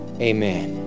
Amen